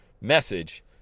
message